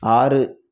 ஆறு